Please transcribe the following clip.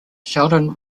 sheldon